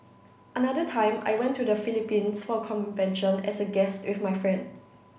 another time I went to the Philippines for a convention as a guest with my friend